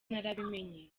narabimenye